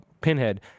pinhead